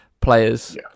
players